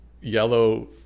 yellow